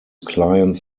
clients